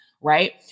right